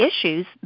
issues